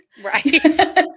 Right